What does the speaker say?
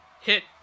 hit